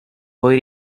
poi